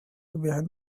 behind